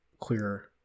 clearer